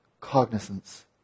cognizance